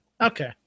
Okay